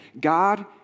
God